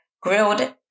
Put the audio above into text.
grilled